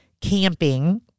camping